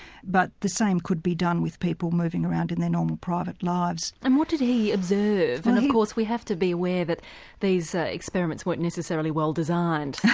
but the same could be done with people moving around in their normal private lives. and what did he observe and of course we have to be aware that these ah experiments weren't necessarily well designed,